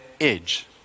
edge